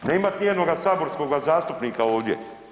Ne imat nijednoga saborskoga zastupnika ovdje?